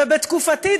ובתקופתי,